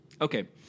Okay